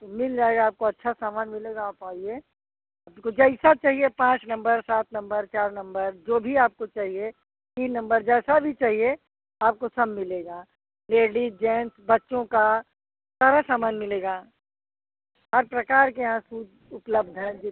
मिल जाएगा आपको अच्छा सामान मिलेगा आप आइए आपको जैसा चाहिए पाँच नम्बर सात नम्बर चार नम्बर जो भी आपको चाहिए तीन नम्बर जैसा भी चाहिए आपको सब मिलेगा लेडीज जेन्ट्स बच्चों का सारा सामान मिलेगा हर प्रकार के यहाँ सूट उपलब्ध है जी